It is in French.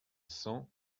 cent